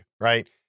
right